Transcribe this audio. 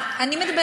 מה עם אלה שרצו,